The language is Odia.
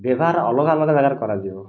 ବ୍ୟବହାର ଅଲଗା ଅଲଗା ଜାଗାରେ କରାଯିବ